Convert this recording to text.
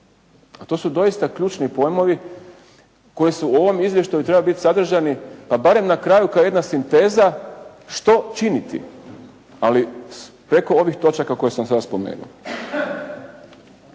a to su doista ključni pojmovi koji u ovom izvještaju trebaju biti sadržani pa barem na kraju kao jedna sinteza što činiti, ali preko ovih točaka koje sam sada spomenuo.